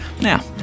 Now